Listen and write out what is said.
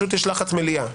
פשוט יש לחץ מליאה.